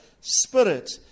spirit